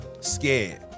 Scared